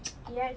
yes